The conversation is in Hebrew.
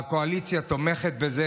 הקואליציה תומכת בזה,